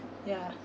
ya